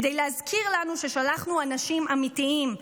כדי להזכיר לנו ששלחנו אנשים אמיתיים,